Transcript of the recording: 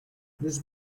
this